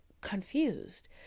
confused